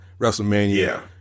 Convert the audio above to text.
WrestleMania